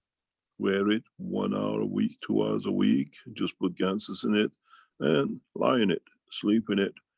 wear it. one hour a week, two hours a week, just put ganses in it and lie in it, sleep in it.